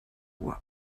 uhr